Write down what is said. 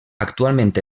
actualment